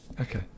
okay